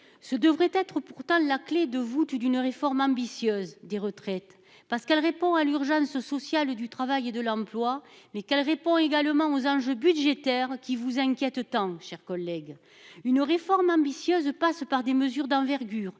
ce devrait être pourtant la clé de voûte d'une réforme ambitieuse des retraites parce qu'elle répond à l'urgence sociale du travail et de l'emploi mais qu'elle répond également aux enjeux budgétaires qui vous inquiète tant chers collègues une réforme ambitieuse passe par des mesures d'envergure